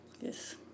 Yes